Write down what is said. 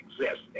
exist